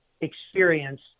experience